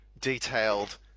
detailed